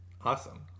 awesome